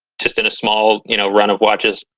just in a small, you know, run of watches.